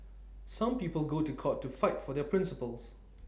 some people go to court to fight for their principles